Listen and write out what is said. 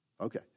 Okay